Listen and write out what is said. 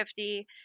50